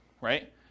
right